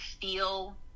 feel